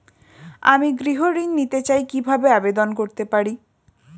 আমি গৃহ ঋণ নিতে চাই কিভাবে আবেদন করতে পারি?